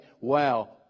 Wow